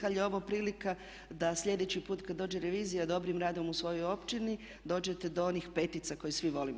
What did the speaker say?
Ali je ovo prilika da sljedeći put kad dođe revizija dobrim radom u svojoj općini dođete do onih petica koje svi volimo.